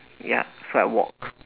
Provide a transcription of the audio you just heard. ya so I walk